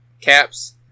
caps